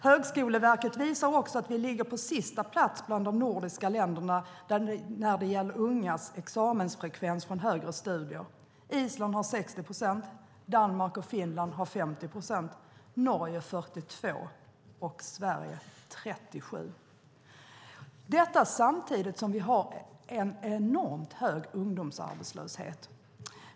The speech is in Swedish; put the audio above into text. Högskoleverket visar också att Sverige ligger på sista plats bland de nordiska länderna för ungas examensfrekvens från högre studier. Island har 60 procent, Danmark och Finland har 50 procent, Norge 42 procent och Sverige 37 procent - samtidigt som det råder en enormt hög ungdomsarbetslöshet i Sverige.